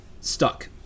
stuck